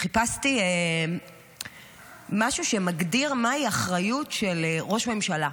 וחיפשתי משהו שמגדיר מהי אחריות של ראש ממשלה,